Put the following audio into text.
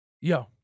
Yo